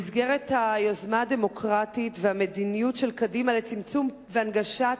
במסגרת היוזמה הדמוקרטית והמדיניות של קדימה לצמצום והנגשת